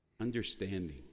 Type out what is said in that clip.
Understanding